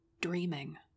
Dreaming